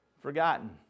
forgotten